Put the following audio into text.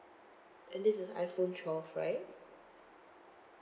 and this is iphone twelve right